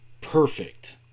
Perfect